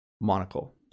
monocle